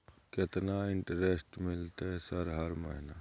केतना इंटेरेस्ट मिलते सर हर महीना?